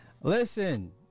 listen